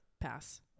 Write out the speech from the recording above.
pass